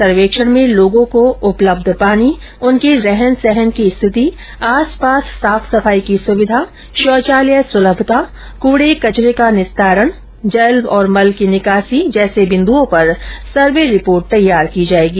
सर्वेक्षण में लोगों को उपलब्ध पानी उनके रहन सहन की स्थिति आसपास साफ सफाई की सुविधा शौचालय सुलभता कूड़े कचरे का निस्तारण जलमल की निकासी जैसे बिंद्रओं पर सर्वे रिपोर्ट तैयार की जाएगी